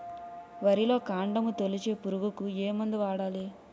వరిలో కాండము తొలిచే పురుగుకు ఏ మందు వాడాలి?